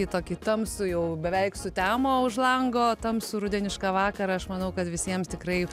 į tokį tamsų jau beveik sutemo už lango tamsų rudenišką vakarą aš manau kad visiems tikrai